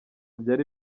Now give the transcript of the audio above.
byari